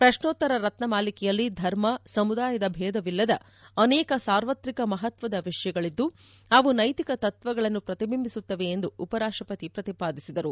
ಪ್ರಶ್ನೋತ್ತರ ರತ್ನಮಾಲಿಕೆಯಲ್ಲಿ ಧರ್ಮ ಸಮುದಾಯದ ಭೇದವಿಲ್ಲದ ಅನೇಕ ಸಾರ್ವತ್ರಿಕ ಮಪತ್ವದ ವಿಷಯಗಳಿದ್ದು ಅವು ನೈತಿಕ ತತ್ವಗಳನ್ನು ಪ್ರತಿಬಿಂಬಿಸುತ್ತವೆ ಎಂದು ಉಪರಾಷ್ಟಪತಿ ಪ್ರತಿಪಾದಿಸಿದರು